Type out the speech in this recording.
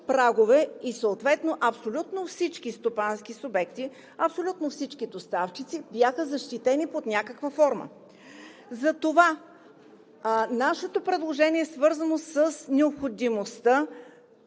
прагове и съответно абсолютно всички стопански субекти, абсолютно всички доставчици бяха защитени под някаква форма. Затова нашето предложение е свързано с необходимостта